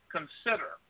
Consider